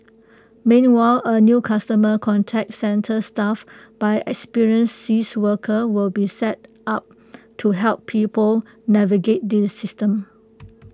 meanwhile A new customer contact centre staffed by experienced caseworkers will be set up to help people navigate the system